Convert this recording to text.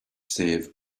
save